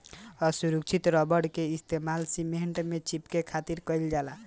असुरक्षित रबड़ के इस्तेमाल सीमेंट में चिपके खातिर कईल जाला